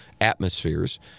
atmospheres